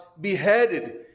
beheaded